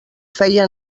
feia